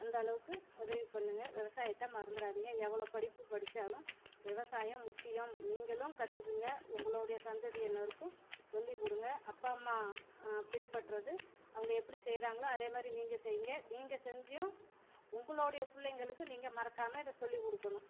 அந்த அளவுக்கு உதவி பண்ணுங்கள் விவசாயத்த மறந்துடாதீங்க எவ்வளோ படிப்பு படித்தாலும் விவசாயம் முக்கியம் நீங்களும் கற்றுக்குங்க உங்களுடைய சந்ததியினருக்கும் சொல்லிக் கொடுங்க அப்பா அம்மா பின்பற்றது அவங்க எப்படி செய்கிறாங்களோ அதே மாதிரி நீங்கள் செய்யுங்க நீங்கள் செஞ்சியும் உங்களோடைய பிள்ளைங்களுக்கும் நீங்கள் மறக்காமல் இதை சொல்லிக் கொடுக்கணும்